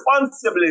Responsibly